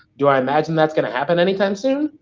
do i imagine that's gonna happen anytime soon?